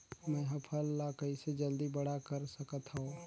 मैं ह फल ला कइसे जल्दी बड़ा कर सकत हव?